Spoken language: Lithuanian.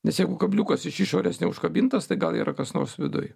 nes jeigu kabliukas iš išorės neužkabintas tai gal yra kas nors viduj